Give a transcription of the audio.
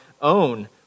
own